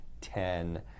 ten